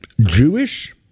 jewish